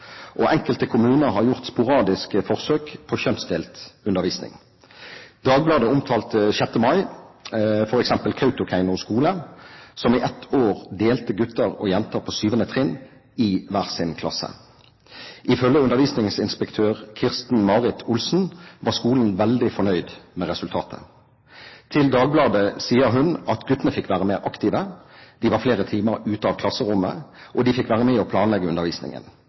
diskusjon. Enkelte kommuner har gjort sporadiske forsøk på kjønnsdelt undervisning. Dagbladet omtalte 6. mai f.eks. Kautokeino skole, som i ett år delte gutter og jenter på 7. trinn i hver sin klasse. Ifølge undervisningsinspektør Kirsten Marit Olsen var skolen veldig fornøyd med resultatet. Til Dagbladet sier hun at guttene fikk være mer aktive, de var flere timer ute av klasserommet, og de fikk være med og planlegge undervisningen.